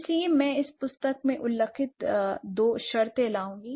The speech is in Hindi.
इसके लिए मैं इस पुस्तक में उल्लिखित दो शर्तें लाऊंगी